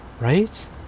right